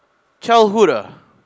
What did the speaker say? childhood ah